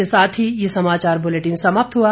इसी के साथ ये समाचार बुलेटिन समाप्त हुआ